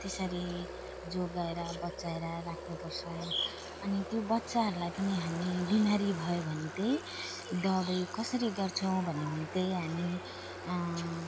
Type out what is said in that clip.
त्यसरी जोगाएर बचाएर राख्नु पर्छ अनि त्यो बच्चाहरूलाई पनि हामी बिमारी भयो भने त दबाई कसरी गर्छौँ भन्यो भने त हामी